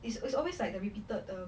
it's it's always like the repeated the